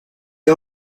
est